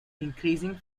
increasing